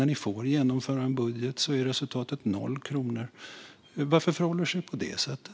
När ni får genomföra en budget är resultatet noll kronor. Varför förhåller det sig på det sättet?